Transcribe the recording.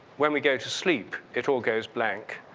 when we go to sleep, it all goes blank.